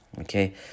Okay